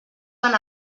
van